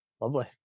Lovely